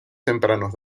tempranos